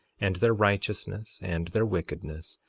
and their righteousness, and their wickedness,